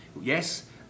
yes